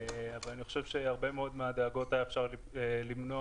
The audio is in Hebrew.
ואני חושב שהרבה מאוד מהדאגות היה אפשר למנוע,